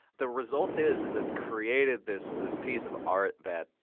the result is is it's created this this piece of art that.